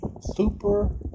Super